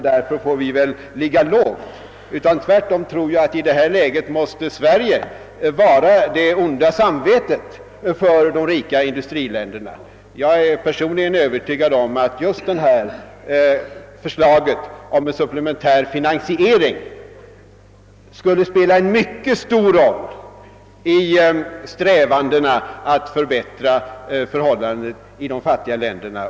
Därför får väl vi »ligga lågt». Tvärtom tror jag att Sverige i detta läge måste vara det onda samvetet för de rika industriländerna. Personligen är jag övertygad om att just förslaget om en supplementär finansiering kommer att spela en mycket stor roll i strävandena att förbättra förhållandena i de fattiga länderna.